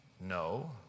No